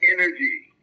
energy